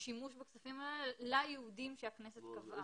שימוש בכספים האלה לייעודים שהכנסת קבעה.